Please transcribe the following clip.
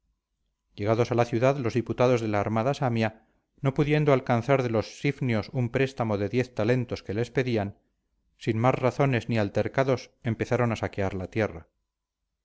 llegados a la ciudad los diputados de la armada samia no pudiendo alcanzar de los sifnios un préstamo de diez talentos que les pedían sin más razones ni altercados empezaron a saquear la tierra